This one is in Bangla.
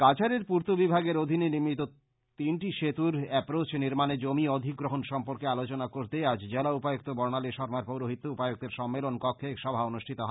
কাছাড়ের পূর্ত্ত বিভাগের অধীনে নির্মিত তিনটি সেতুর এপ্রোচ নির্মানে জমি অধিগ্রহন সর্ম্পকে আলোচনা করতে আজ জেলা উপায়ুক্ত বর্ণালী শর্মার পৌরহিত্যে উপায়ুক্তের সম্মেলন কক্ষে এক সভা অনুষ্ঠিত হয়